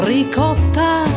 Ricotta